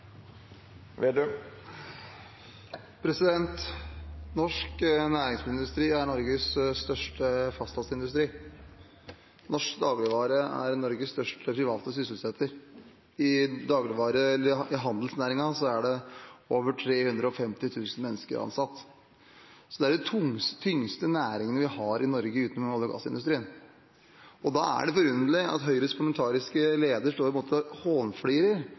Norsk næringsmiddelindustri er Norges største fastlandsindustri. Norsk dagligvare er Norges største private sysselsetter. I handelsnæringen er det over 350 000 mennesker ansatt. Det er den tyngste næringen vi har i Norge utenom olje- og gassindustrien, og da er det forunderlig at Høyres parlamentariske leder står og på en måte hånflirer,